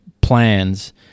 plans